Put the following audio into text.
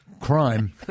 Crime